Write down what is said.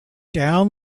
down